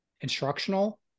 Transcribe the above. instructional